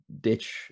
ditch